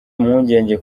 impungenge